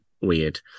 weird